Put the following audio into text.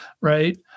right